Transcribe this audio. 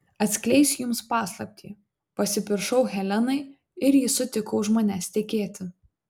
atskleisiu jums paslaptį pasipiršau helenai ir ji sutiko už manęs tekėti